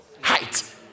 height